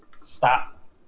stop